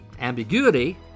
ambiguity